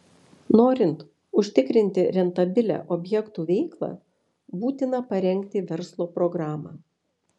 norint užtikrinti rentabilią objektų veiklą būtina parengti verslo programą